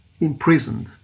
imprisoned